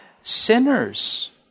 sinners